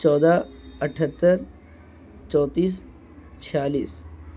چودہ اٹھہتر چوتیس چھیالیس